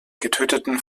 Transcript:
getöteten